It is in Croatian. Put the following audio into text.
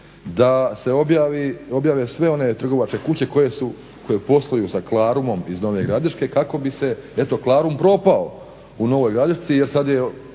da se objave sve one trgovačke kuće koje posluju sa Klarumom iz Nove Gradiške kako bi eto Klarum propao u Novoj Gradišci jer sad je